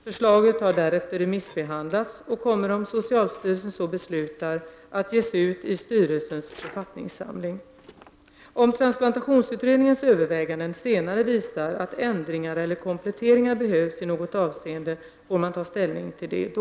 Förslaget har därefter remissbehandlats och kommer om socialstyrelsen så beslutar att ges ut i styrelsens författningssamling. Om transplantationsutredningens överväganden senare visar att ändringar eller kompletteringar behövs i något avseende får man ta ställning till det då.